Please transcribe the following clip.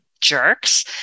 jerks